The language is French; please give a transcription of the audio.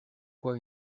quoi